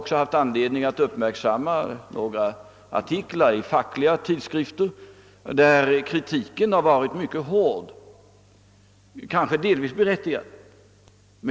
Jag har haft anledning uppmärksamma några artiklar i fackliga tidskrifter, där det har framförts mycket hård kritik, delvis kanske också berättigad.